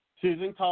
Susan